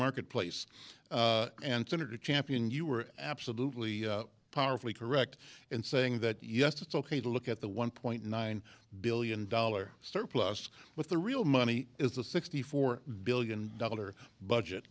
marketplace and senator champion you were absolutely powerfully correct in saying that yes it's ok to look at the one point nine billion dollar surplus but the real money is the sixty four billion dollar budget